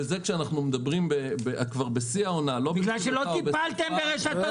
וזה עוד בשיא העונה --- בגלל שלא טיפלתם ברשתות השיווק.